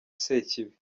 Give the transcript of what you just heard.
sekibi